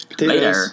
Later